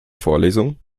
vorlesung